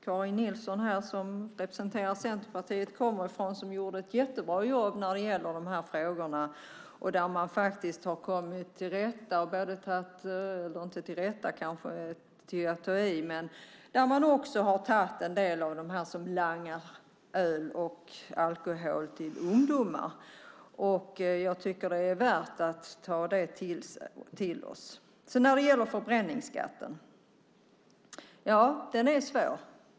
Karin Nilsson som representerar Centerpartiet kommer därifrån. De gjorde ett jättebra jobb när det gäller de här frågorna. Det är kanske att ta i att säga att man har kommit till rätta med problemet, men man har faktiskt börjat ta en del av dem som langar öl och alkohol till ungdomar. Jag tycker att det är värt att ta det till sig. Förbränningsskatten är svår.